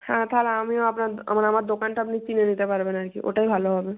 হ্যাঁ তাহলে আমিও আপনার মানে আমার দোকানটা আপনি চিনে নিতে পারবেন আর কি ওটাই ভালো হবে